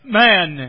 man